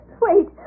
Wait